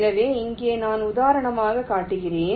எனவே இங்கே நான் உதாரணமாக காட்டுகிறேன்